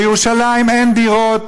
בירושלים אין דירות,